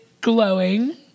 glowing